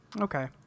Okay